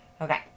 Okay